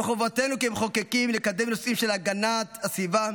זו חובתנו כמחוקקים לקדם נושאים של הגנת הסביבה